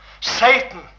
Satan